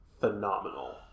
phenomenal